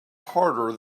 harder